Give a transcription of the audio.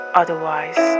otherwise